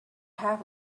have